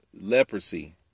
leprosy